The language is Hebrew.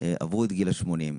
עברו את גיל ה-80.